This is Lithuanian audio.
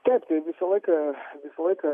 taip tai visą laiką visą laiką